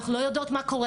אנחנו לא יודעות מה קורה,